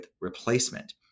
replacement